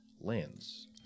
lands